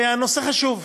והנושא חשוב,